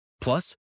Plus